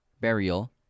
burial